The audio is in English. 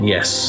Yes